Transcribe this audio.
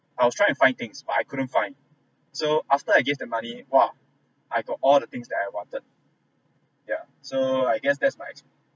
I was try and find things but I couldn't find so after I gave the money !wah! I got all the things that I wanted yeah so I guess that's my experience